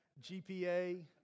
GPA